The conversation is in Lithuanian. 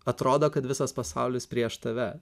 atrodo kad visas pasaulis prieš tave